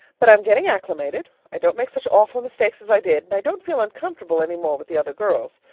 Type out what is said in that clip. but i'm getting acclimated. i don't make such awful mistakes as i did and i don't feel uncomfortable any more with the other girls.